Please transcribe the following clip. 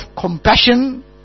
compassion